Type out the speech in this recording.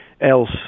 else